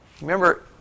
Remember